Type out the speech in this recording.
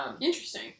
interesting